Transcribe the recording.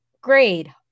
Grade